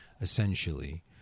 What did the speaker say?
essentially